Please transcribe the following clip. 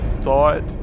thought